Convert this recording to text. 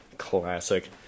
Classic